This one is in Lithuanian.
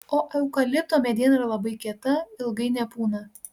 o eukalipto mediena yra labai kieta ilgai nepūna